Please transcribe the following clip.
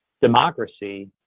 democracy